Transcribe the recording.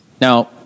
Now